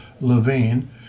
Levine